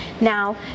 Now